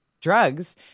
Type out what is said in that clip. drugs